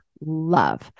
love